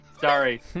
Sorry